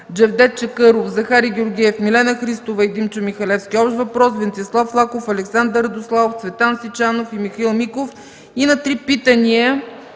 Джевдет Чакъров, Захари Георгиев, Милена Христова и Димчо Михалевски – общ въпрос, Венцислав Лаков, Александър Радославов, Цветан Сичанов, и Михаил Миков и на 3 питания